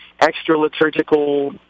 extra-liturgical